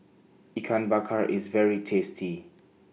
Ikan Bakar IS very tasty